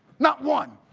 not one.